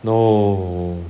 no